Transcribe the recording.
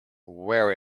wear